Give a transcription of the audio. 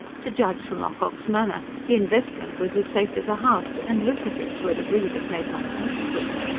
to judge from ocock's manner, the investment was as safe as a house, and lucrative to a degree that made one's head swim.